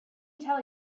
tell